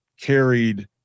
carried